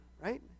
right